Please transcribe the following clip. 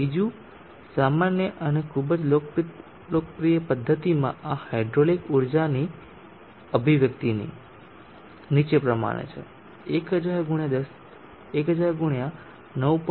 બીજી સામાન્ય અને ખૂબ જ લોકપ્રિય પદ્ધતિમાં આ હાઇડ્રોલિક ઊર્જાના અભિવ્યક્તિની નીચે પ્રમાણે છે 1000 x 9